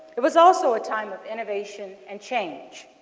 it was also a time of innovation and change.